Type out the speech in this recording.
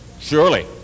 Surely